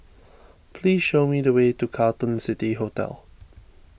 please show me the way to Carlton City Hotel